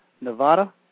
Nevada